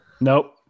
Nope